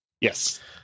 Yes